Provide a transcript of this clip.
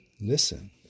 listen